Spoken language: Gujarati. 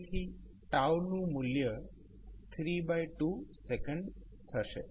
તેથી નું મૂલ્ય 32 સેકન્ડ થશે